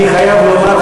אני חייב לומר,